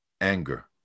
anger